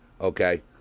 Okay